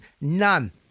none